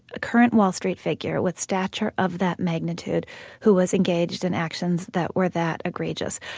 a current wall street figure with stature of that magnitude who was engaged in actions that were that egregious.